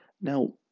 Now